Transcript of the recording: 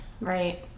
right